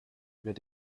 wird